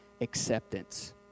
acceptance